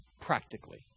practically